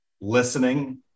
listening